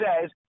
says